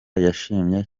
yashimye